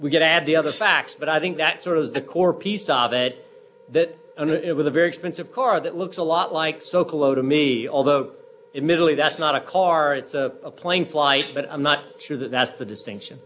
could add the other facts but i think that sort of the core piece of it that and it with a very expensive car that looks a lot like socolow to me although admittedly that's not a car it's a plane flight but i'm not sure that that's the distinction